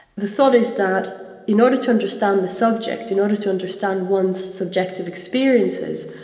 the thought is that in order to understand the subject, in order to understand one's subjective experiences,